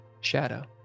shadow